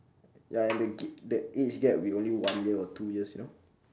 ya and the g~ the age gap will be only one year or two years you know